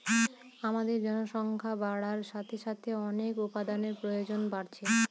আমাদের জনসংখ্যা বাড়ার সাথে সাথে অনেক উপাদানের প্রয়োজন বাড়ছে